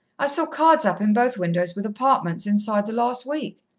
i saw cards up in both windows with apartments inside the last week.